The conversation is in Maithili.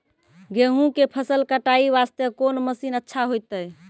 गेहूँ के फसल कटाई वास्ते कोंन मसीन अच्छा होइतै?